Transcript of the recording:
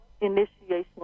initiation